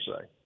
say